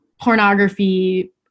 pornography